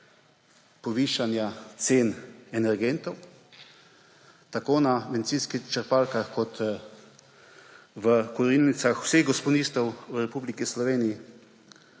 povišanja cen energentov tako na bencinskih črpalkah kot v kurilnicah vseh gospodinjstev v Republiki Sloveniji.